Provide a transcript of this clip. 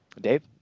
Dave